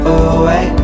away